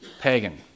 pagan